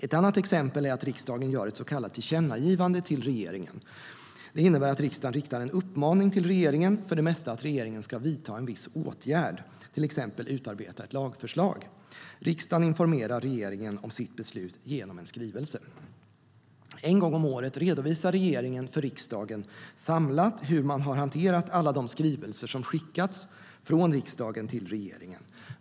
Ett annat exempel är att riksdagen gör ett så kallat tillkännagivande till regeringen. Det innebär att riksdagen riktar en uppmaning till regeringen, för det mesta att regeringen ska vidta en viss åtgärd, till exempel utarbeta ett lagförslag. Riksdagen informerar regeringen om sitt beslut genom en skrivelse. En gång om året redovisar regeringen samlat för riksdagen hur man har hanterat alla de skrivelser som skickats från riksdagen till regeringen.